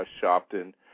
Shopton